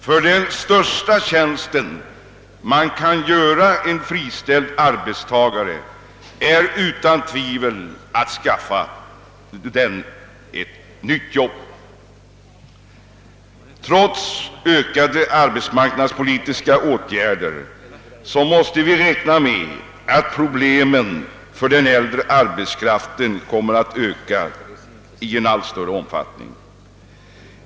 Ty den största tjänsten man kan göra en friställd arbetstagare är utan tvivel att skaffa honom ett nytt jobb. Trots ökade arbetsmarknadspolitiska åtgärder måste vi räkna med att problemen för den äldre arbetskraften kommer att öka i omfattning.